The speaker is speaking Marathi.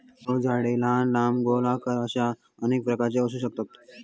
फळझाडा लहान, लांब, गोलाकार अश्या अनेक प्रकारची असू शकतत